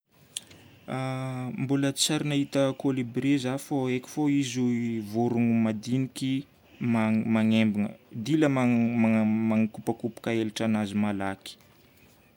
Mbola tsy ary nahita kôlibria za fô haiko fô vorogno madiniky magnembana, dila magnakopakopaka elatranazy malaky.